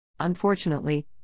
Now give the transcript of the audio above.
Unfortunately